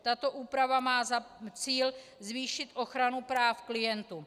Tato úprava má za cíl zvýšit ochranu práv klientů.